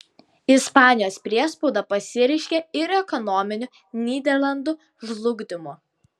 ispanijos priespauda pasireiškė ir ekonominiu nyderlandų žlugdymu